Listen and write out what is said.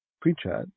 pre-chat